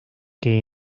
que